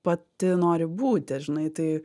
pati nori būti žinai tai